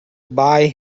buy